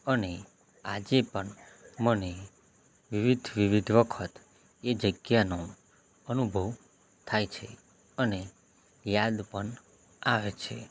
અને આજે પણ મને વિવિધ વિવિધ વખત એ જગ્યાનો અનુભવ થાય છે અને યાદ પણ આવે છે